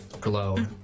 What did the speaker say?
glow